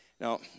Now